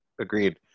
Agreed